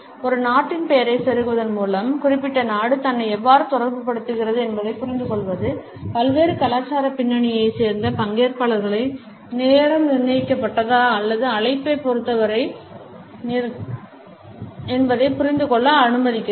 ஒரு நாட்டின் பெயரைச் செருகுவதன் மூலம் குறிப்பிட்ட நாடு தன்னை எவ்வாறு தொடர்புபடுத்துகிறது என்பதைப் புரிந்துகொள்வது பல்வேறு கலாச்சார பின்னணிகளைச் சேர்ந்த பங்கேற்பாளர்களுக்கு நேரம் நிர்ணயிக்கப்பட்டதா அல்லது அழைப்பைப் பொருத்தவரை திரவமா என்பதைப் புரிந்துகொள்ள அனுமதிக்கிறது